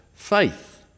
faith